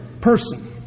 person